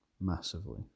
massively